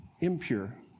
impure